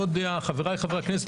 חבריי חברי הכנסת,